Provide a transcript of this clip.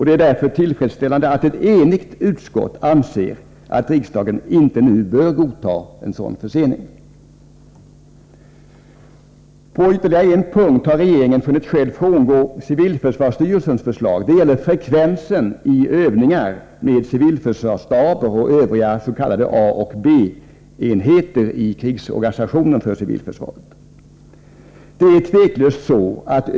Det är därför tillfredsställande att ett enigt utskott anser att riksdagen inte nu bör godta en sådan försening. På ytterligare en punkt har regeringen funnit skäl att frångå civilförsvarsstyrelsens förslag. Det gäller frekvensen i övningar med civilförsvarsstaber och övriga s.k. A och B-enheter i krigsorganisationen för civilförsvaret.